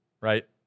right